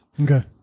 Okay